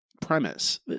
premise